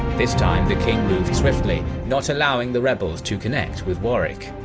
this time the king moved swiftly, not allowing the rebels to connect with warwick.